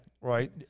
right